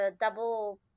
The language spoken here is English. double